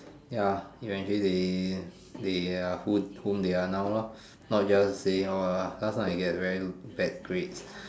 ya eventually they they are who~ whom they are now lor not just say ah last time I get very bad grades